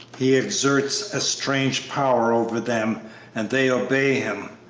he exerts a strange power over them and they obey him,